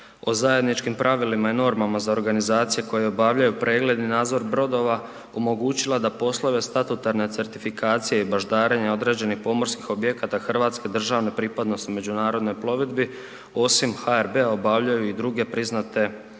o zajedničkim pravilima i normama za organizacije koje obavljaju pregled i nadzor brodova omogućila da poslove statutarne certifikacije i baždarenja određenih pomorskih objekata hrvatske državne pripadnosti međunarodnoj plovidbi osim HRB-a obavljaju i druge priznate organizacije,